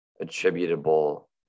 attributable